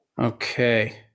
Okay